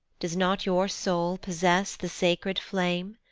does not your soul possess the sacred flame?